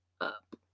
up